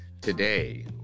Today